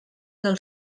del